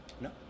No